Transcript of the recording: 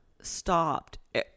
stopped